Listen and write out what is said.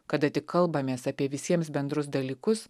kada tik kalbamės apie visiems bendrus dalykus